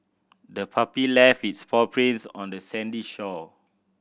the puppy left its paw prints on the sandy shore